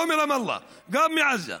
לא מרמאללה, גם מעזה.